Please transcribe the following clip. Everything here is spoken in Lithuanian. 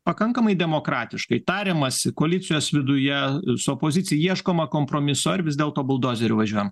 pakankamai demokratiškai tariamasi koalicijos viduje su opozicija ieškoma kompromisų ar vis dėlto buldozeriu važiuojam